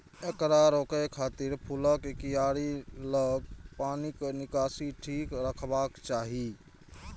एकरा रोकै खातिर फूलक कियारी लग पानिक निकासी ठीक रखबाक चाही